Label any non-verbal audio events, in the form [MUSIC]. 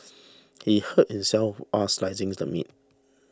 he hurt himself [UNINTELLIGIBLE] slicing the meat